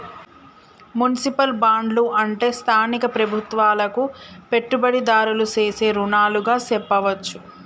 municipal బాండ్లు అంటే స్థానిక ప్రభుత్వాలకు పెట్టుబడిదారులు సేసే రుణాలుగా సెప్పవచ్చు